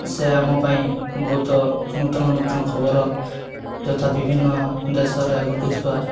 ସେ ଆମ ପାଇଁ ବହୁତ ନୂତନ ନୂତନ ଖବର ଯଥା ବିଭିନ୍ନ ଦେଶରେ ଘଟୁଥିବା